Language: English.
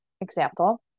example